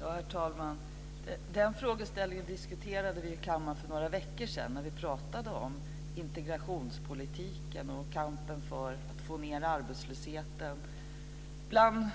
Herr talman! Den frågeställningen diskuterade vi i kammaren för några veckor sedan när vi pratade om integrationspolitiken och kampen för att få ned arbetslösheten bland